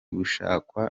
gushakwa